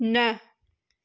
न